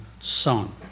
son